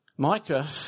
Micah